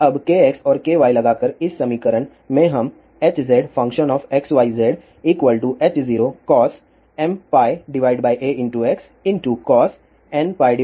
अबkx और ky लगाकर इस समीकरण में हम HzxyzH0cos mπax cos nπby e γz